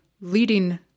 leading